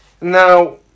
Now